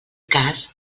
cas